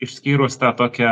išskyrus tą tokią